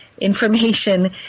Information